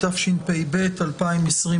התשפ"ב-2022.